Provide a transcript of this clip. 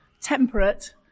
temperate